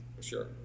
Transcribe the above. sure